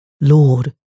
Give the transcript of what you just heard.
Lord